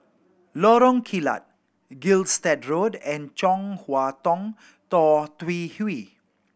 Lorong Kilat Gilstead Road and Chong Hua Tong Tou Teck Hwee